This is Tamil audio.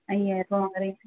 ஐயாயிரம் ரூபாய் வாங்கிறீங்க